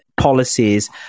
Policies